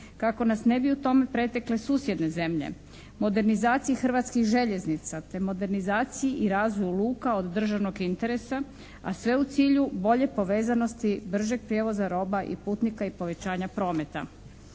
kako nas ne bi u tome pretekle susjedne zemlje. Modernizacija Hrvatskih željeznica te modernizacija i razvoj luka od državnog je interesa a sve u cilju bolje povezanosti bržeg prijevoza roba i putnika i povećanja prometa.